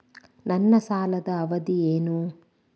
ನನ್ನ ಸಾಲದ ಅವಧಿ ಏನು?